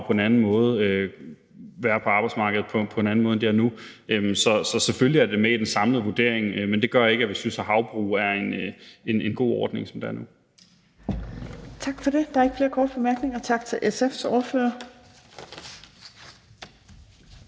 på en anden måde og være på arbejdsmarkedet på en anden måde, end de er nu. Så selvfølgelig er det med i den samlede vurdering, men det gør ikke, at vi synes, at havbrug er en god ting. Kl. 17:33 Fjerde næstformand (Trine Torp): Tak for det. Der er ikke flere korte bemærkninger. Tak til SF's ordfører.